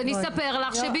אז אני אספר לך,